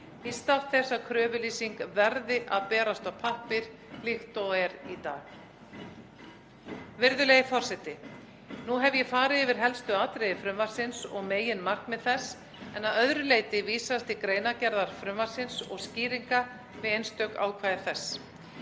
í stað þess að kröfulýsing verði að berast á pappír líkt og í dag. Hæstv. forseti. Nú hef ég farið yfir helstu atriði frumvarpsins og meginmarkmiðs þess, en að öðru leyti vísast til greinargerðar frumvarpsins og skýringa við einstök ákvæði þess.